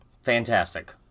Fantastic